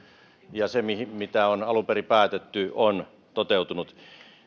ja se mitä on alun perin päätetty on toteutunut